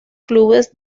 clubes